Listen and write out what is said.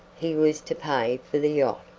he was to pay for the yacht,